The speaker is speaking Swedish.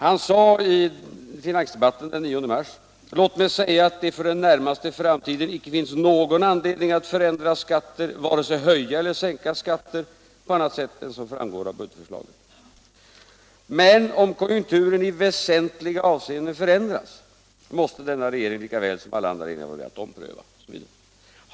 Han sade i finansdebatten den 9 mars: ”Låt mig säga att det för den närmaste framtiden icke finns någon anledning att förändra skatter, vare sig höja eller sänka skatter, på annat sätt än det som framgår av regeringens budgetförslag. -—-- Men om konjunkturen i väsentliga avseenden förändras, måste denna regering lika väl som alla andra regeringar vara beredd att ompröva sin politik” etc.